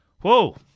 Whoa